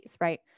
right